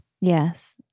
Yes